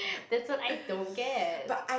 that's what I don't get